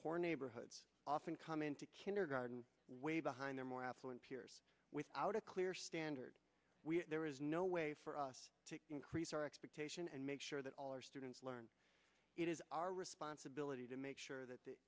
poor neighborhoods often come into kindergarten way behind their more affluent peers without a clear standard there is no way for us to increase our cation and make sure that all our students learn it is our responsibility to make sure that the